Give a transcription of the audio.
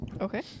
Okay